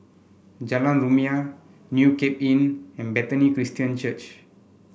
Jalan Rumia New Cape Inn and Bethany Christian Church